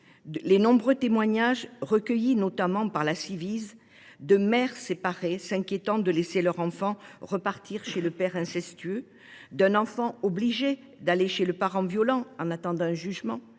les nombreux témoignages, recueillis notamment par la Ciivise, de mères séparées s’inquiétant de laisser leur enfant repartir chez un père incestueux, d’un enfant obligé d’aller chez le parent violent en attendant un jugement,